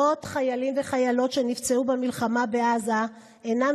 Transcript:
מאות חיילים וחיילות שנפצעו במלחמה בעזה אינם